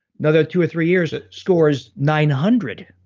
another two or three years, score is nine hundred.